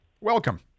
Welcome